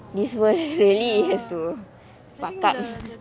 this world really has to buck up